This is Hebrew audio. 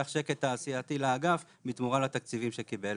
שקט תעשייתי לאגף בתמורה לתקציבים שקיבל